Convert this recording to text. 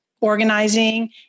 organizing